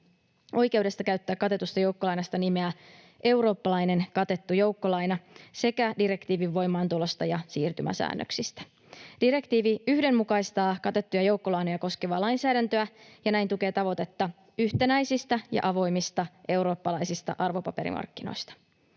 oikeudesta käyttää katetusta joukkolainasta nimeä eurooppalainen katettu joukkolaina sekä direktiivin voimaantulosta ja siirtymäsäännöksistä. Direktiivi yhdenmukaistaa katettuja joukkolainoja koskevaa lainsäädäntöä ja näin tukee tavoitetta yhtenäisistä ja avoimista eurooppalaisista arvopaperimarkkinoista.